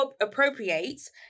appropriates